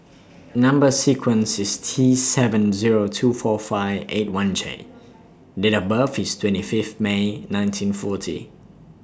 Number sequence IS T seven Zero two four five eight one J Date of birth IS twenty Fifth May nineteen forty